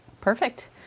Perfect